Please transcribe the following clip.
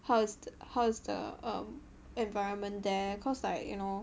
how's the hows's the err environment there cause like you know